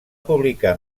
publicar